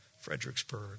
Fredericksburg